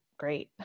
great